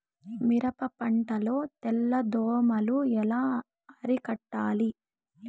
మిరప పంట లో తెల్ల దోమలు ఎలా అరికట్టాలి?